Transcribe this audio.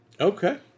Okay